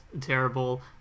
terrible